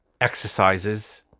exercises